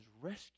rescued